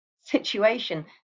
situation